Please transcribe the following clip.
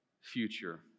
future